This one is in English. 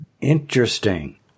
Interesting